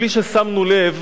בלי ששמנו לב,